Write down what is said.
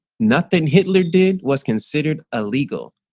nothing hitler did was considered illegal.